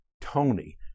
tony